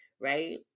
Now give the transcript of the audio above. right